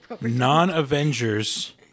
non-Avengers